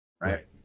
right